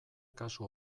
kasu